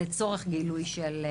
לצורך גילוי סם.